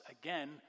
again